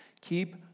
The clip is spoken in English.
Keep